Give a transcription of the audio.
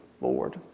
Lord